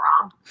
wrong